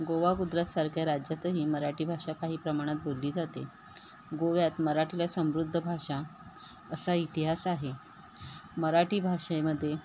गोवा गुजरातसारख्या राज्यातही मराठी भाषा काही प्रमाणात बोलली जाते गोव्यात मराठी ला समृद्ध भाषा असा इतिहास आहे मराठी भाषेमध्ये